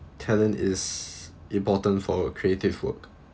talent is important for a creative work